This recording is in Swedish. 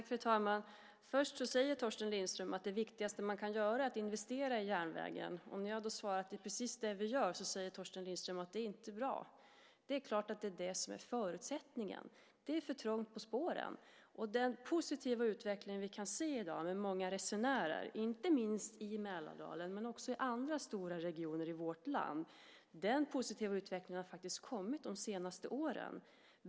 Fru talman! Först säger Torsten Lindström att det viktigaste man kan göra är att investera i järnvägen. När jag svarar att det är precis det vi gör säger Torsten Lindström att det inte är bra. Det är klart att det är det som är förutsättningen. Det är för trångt på spåren. Den positiva utveckling vi kan se i dag med många resenärer, inte minst i Mälardalen men också i andra stora regioner i vårt land, har faktiskt kommit de senaste åren.